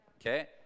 okay